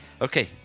Okay